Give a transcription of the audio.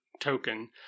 token